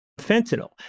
fentanyl